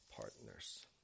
partners